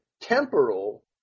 temporal